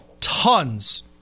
tons